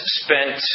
spent